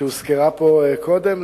שהוזכרה פה קודם.